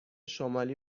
شمالی